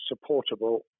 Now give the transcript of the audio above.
supportable